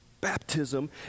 Baptism